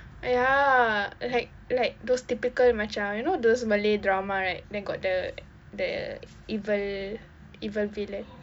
ya like like those typical macam you know those malay drama right then got the the evil evil fella